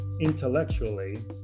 intellectually